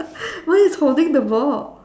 mine is holding the ball